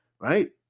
right